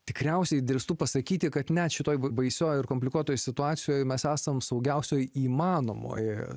tikriausiai drįstu pasakyti kad net šitoj baisioj ir komplikuotoj situacijoj mes esam saugiausioj įmanomoj